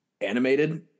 animated